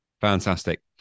fantastic